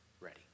ready